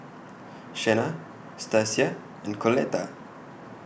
Shenna Stacia and Coletta